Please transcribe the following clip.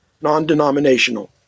non-denominational